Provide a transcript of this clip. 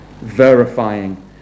verifying